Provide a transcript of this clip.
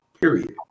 Period